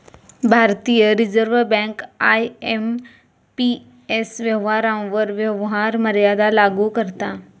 भारतीय reserve bank IMPS व्यवहारांवर व्यवहार मर्यादा लागू करता